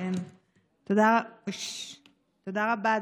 תודה רבה.